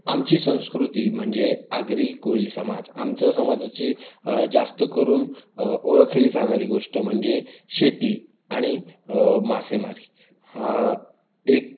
आमची संस्कृती म्हणजे आगरी कोळी समाज आमच्या समाजाची जास्तकरून ओळखली जाणारी गोष्ट म्हणजे शेती आणि मासेमारी हा एक